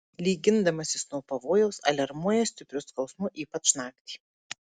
lyg gindamasis nuo pavojaus aliarmuoja stipriu skausmu ypač naktį